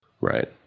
Right